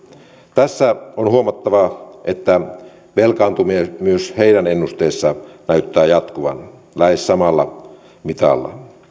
tässä on huomattava että velkaantuminen myös heidän ennusteessaan näyttää jatkuvan lähes samalla mitalla